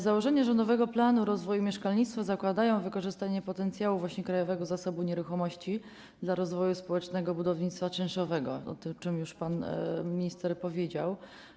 Założenia rządowego planu rozwoju mieszkalnictwa zakładają wykorzystanie potencjału właśnie Krajowego Zasobu Nieruchomości do rozwoju społecznego budownictwa czynszowego, o czym już pan minister powiedział.